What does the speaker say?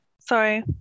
Sorry